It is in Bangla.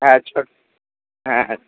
হ্যাঁ হ্যাঁ হ্যাঁ